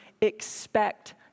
expect